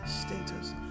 status